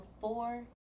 four